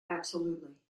absolutely